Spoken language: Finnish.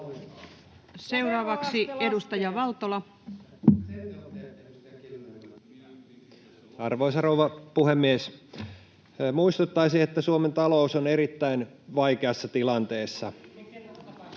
Time: 18:39 Content: Arvoisa rouva puhemies! Muistuttaisin, että Suomen talous on erittäin vaikeassa tilanteessa.